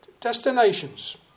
destinations